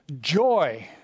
joy